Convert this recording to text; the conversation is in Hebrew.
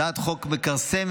הצעת החוק מכרסמת